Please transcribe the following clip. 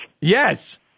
Yes